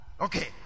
Okay